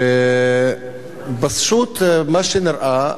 ופשוט מה שנראה,